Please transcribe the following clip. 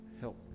help